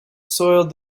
soiled